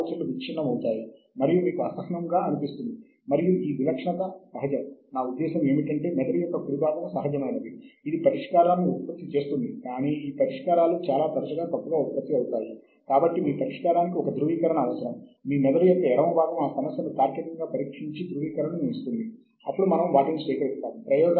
journal impact factor అంటే ఏమిటి ఒక నిర్దిష్ట జర్నల్ లోని వ్యాసాలను ఇతర జర్నల్స్ ఇతర వ్యాసాలు ఎన్నిసార్లు సూచిస్తున్నాయో చూపించే సంఖ్య